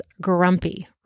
grumpy